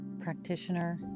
practitioner